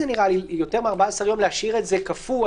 זה נראה לי שיותר מ-14 ימים להשאיר את זה קפוא,